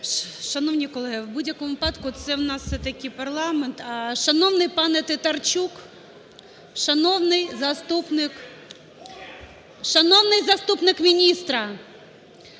Шановні колеги! В будь-якому випадку це у нас все-таки парламент… Шановний пане Тітарчук, шановний заступник міністра,